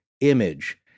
image